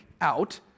out